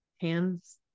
hands